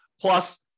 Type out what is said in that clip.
Plus